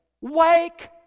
Wake